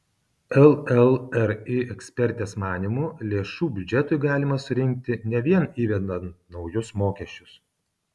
llri ekspertės manymu lėšų biudžetui galima surinkti ne vien įvedant naujus mokesčius